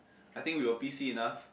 I think we were busy enough